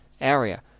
area